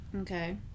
Okay